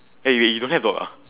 eh you you don't have dog ah